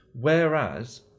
Whereas